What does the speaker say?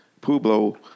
Pueblo